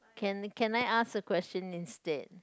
can can I ask a question instead